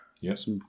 Yes